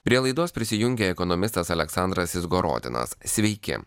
prie laidos prisijungė ekonomistas aleksandras izgorotinas sveiki